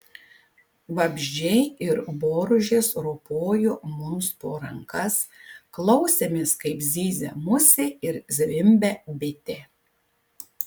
vabzdžiai ir boružės ropojo mums po rankas klausėmės kaip zyzia musė ir zvimbia bitė